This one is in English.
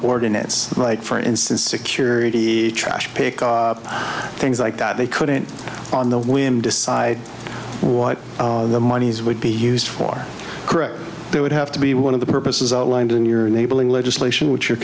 ordinates like for instance security trash pick up things like that they couldn't on the whim decide what the monies would be used for correct there would have to be one of the purposes outlined in your enabling legislation which you're